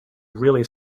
really